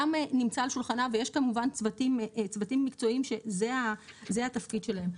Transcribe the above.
גם נמצא על שולחנה ויש כמובן צוותים מקצועיים שזה התפקיד שלהם.